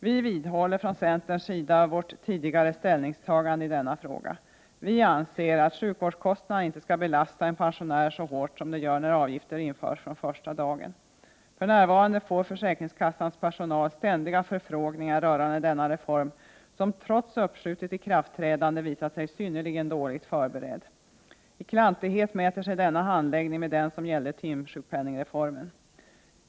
Vi vidhåller från centerns sida vårt tidigare ställningstagande i denna fråga. Vi anser att sjukvårdskostnaderna inte skall belasta en pensionär så hårt som de gör när avgift införs från första dagen. För närvarande får försäkringskassans personal ständiga förfrågningar rörande denna reform, som trots uppskjutet ikraftträdande visat sig synnerligen dåligt förberedd. I klantighet mäter sig denna handläggning med den som gällde timsjukpenningreformen.